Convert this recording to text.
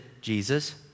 Jesus